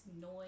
noise